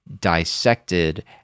dissected